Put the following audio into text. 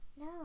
No